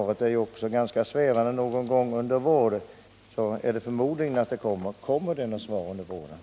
Det är ju ett ganska svävande besked, och jag vill ställa samma fråga som herr Fågelsbo: Kommer det något förslag våren 1979?